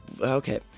okay